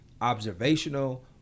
observational